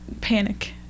panic